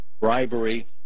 bribery